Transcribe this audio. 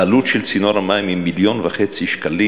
העלות של צינור המים היא מיליון וחצי שקלים.